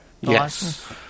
yes